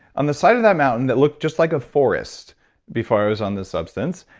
on the side of that mountain that looked just like a forest before i was on this substance,